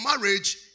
marriage